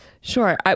Sure